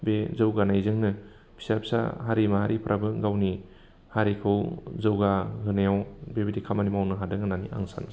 बे जौगानायजोंनो फिसा फिसा हारि माहारिफ्राबो गावनि हारिखौ जौगा होनायाव बेबायदि खामानि मावनो हादों होननानै आं सानो